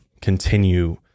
continue